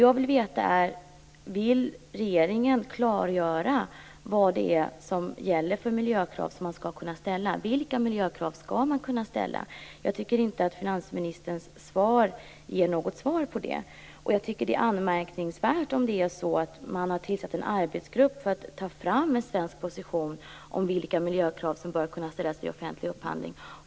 Jag vill veta om regeringen vill klargöra vilka miljökrav som gäller. Vilka miljökrav skall man kunna ställa? Jag tycker inte att finansministern ger något svar på det. Jag tycker att det är anmärkningsvärt om det är så att man har tillsatt en arbetsgrupp för att ta fram en svensk position om vilka miljökrav som bör kunna ställas vid offentlig upphandling.